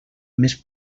més